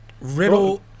Riddle